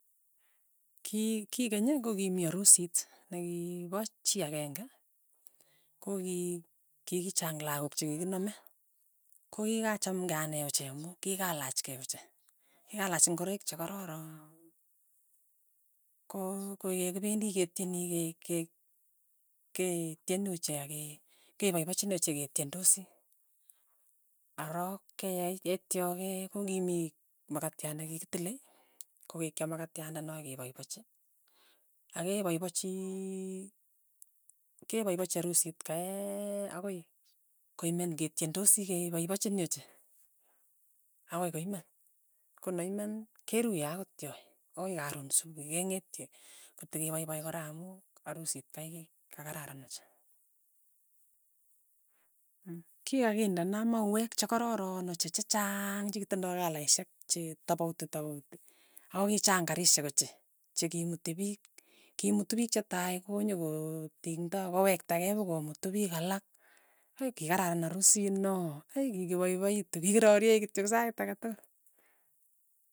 Ki- kikeny ko ki mii arusit nekipo chii akenge ko kii, ki kichang lakok chikikiname, kokikacham kei ane ochei amu kikalach kei ochei, kikalach ngoroik che kororon ko koyekipendi ketyeni ke- ke ketyeni ochei ake- kepaipachini ochei ketyendosi, arok keyai ketyoke kokimii makatyat nekikitile, kokikiyam maktyandana akepaipachi, akepaipachii kepaipachi arusit keiiii akoi koimen ketyendosi kepaipachini ochei, akoi koimen, konaimen keruiye akot yoee, akoi karoon supuhi keng'etye kotekepaipai kora amu harusit kei kakararan ochei, mm kikakindana mauwek che kororon ochei che chaang chekitindoi kalaishek che tapauiti tapauti, ako kichang karishek ochei chekimuti piik, kimuuti pik chetai konyoko ting'ta akowektakei pokomutu piik alak, hei kikararan arusit no, eei kikipaipaitu kikirorye kityok sait ake tukul.